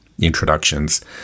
introductions